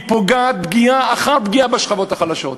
פוגעת פגיעה אחר פגיעה בשכבות החלשות.